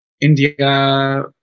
India